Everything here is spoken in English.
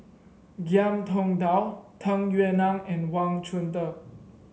Ngiam Tong Dow Tung Yue Nang and Wang Chunde